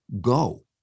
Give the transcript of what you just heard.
go